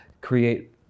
create